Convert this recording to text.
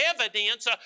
evidence